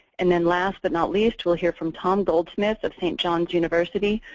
and then last but not least, we'll hear from tom goldsmith of st. john's university,